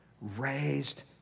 raised